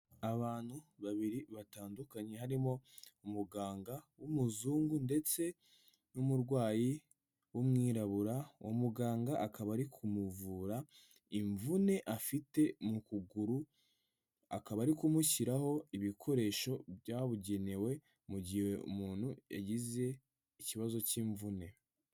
Abantu babiri batandukanye, harimo umuganga w'umuzungu ndetse n'umurwayi w'umwirabura, uwo muganga akaba ari kumuvura imvune afite mu kuguru, akaba ari kumushyiraho ibikoresho byabugenewe mu gihe umuntu yagize ikibazo cy'imvune.